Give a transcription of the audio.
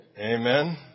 Amen